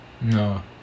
No